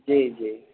जी जी